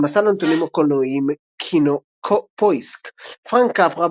במסד הנתונים הקולנועיים KinoPoisk פרנק קפרה,